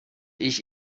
ich